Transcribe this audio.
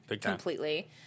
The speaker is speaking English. completely